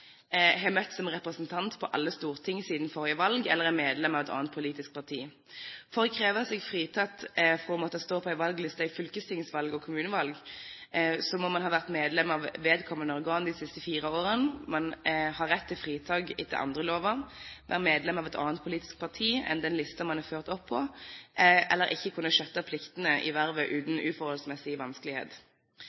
har møtt som representant på alle storting siden forrige valg, eller er medlem av et annet politisk parti. For å kreve seg fritatt fra å måtte stå på en valgliste ved fylkestingsvalg og kommunevalg, må man ha vært medlem av vedkommende organ de siste fire årene, ha rett til fritak etter andre lover, være medlem av et annet politisk parti enn den listen man er ført opp på, eller ikke kunne skjøtte pliktene i vervet uten uforholdsmessig vanskelighet.